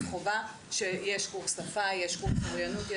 יש קורס שפה, יש קורס אוריינות.